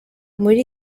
muri